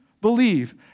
believe